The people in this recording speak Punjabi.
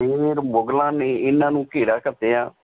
ਫੇਰ ਮੁਗਲਾਂ ਨੇ ਇਨ੍ਹਾਂ ਨੂੰ ਘੇਰਾ ਕੱਸਿਆ